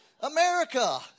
America